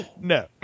No